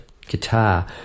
guitar